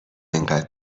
اینقدر